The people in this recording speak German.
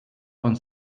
von